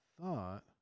thought